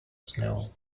snow